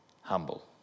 humble